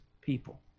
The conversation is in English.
people